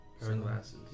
Sunglasses